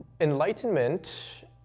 Enlightenment